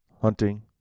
hunting